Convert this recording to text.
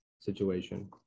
situation